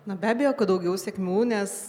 na be abejo kad daugiau sėkmių nes